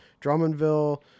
drummondville